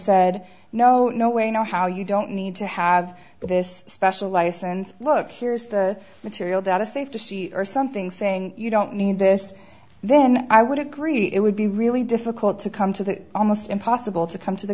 said no no way no how you don't need to have this special license look here's the material data safe to see or something saying you don't need this then i would agree it would be really difficult to come to that almost impossible to come to the